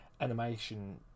animation